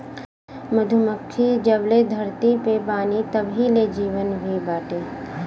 मधुमक्खी जबले धरती पे बानी तबही ले जीवन भी बाटे